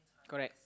correct